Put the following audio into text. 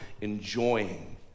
enjoying